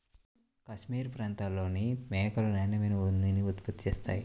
cashmere ప్రాంతంలోని మేకలు నాణ్యమైన ఉన్నిని ఉత్పత్తి చేస్తాయి